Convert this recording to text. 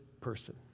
person